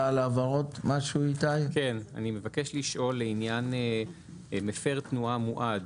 אני מבקש לשאול לעניין מפר תנועה מועד.